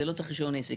זה לא צריך רישיון עסק.